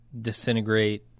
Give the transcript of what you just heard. disintegrate